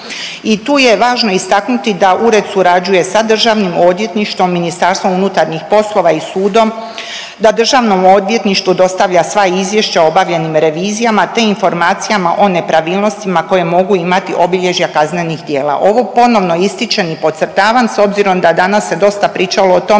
I tu je važno istaknuti da ured surađuje sa DORH-om, MUP-om i sudom, da DORH-u dostavlja sva izvješća o obavljenim revizijama te informacijama o nepravilnostima koje mogu imati obilježja kaznenih djela. Ovo ponovno ističem i podcrtava s obzirom da danas se dosta pričalo o tome